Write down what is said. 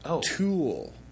tool